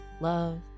love